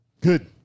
Good